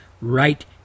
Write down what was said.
right